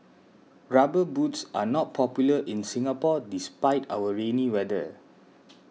rubber boots are not popular in Singapore despite our rainy weather